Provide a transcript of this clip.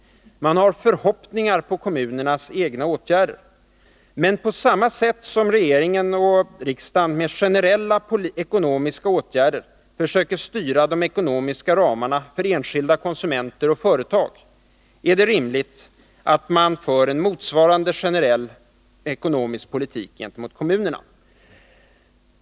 Man har förhoppningar på kommunernas egna åtgärder. Men på samma sätt som regeringen och riksdagen med generella politiska åtgärder försöker styra de ekonomiska ramarna för enskilda konsumenter och företag är det rimligt att man för en motsvarande generell ekonomisk politik gentemot kommunerna.